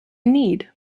need